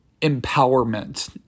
empowerment